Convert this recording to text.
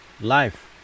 life